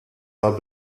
are